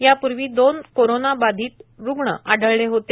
यापूर्वी दोन कोरोना बाधित रूग्ण आढळले होते